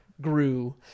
grew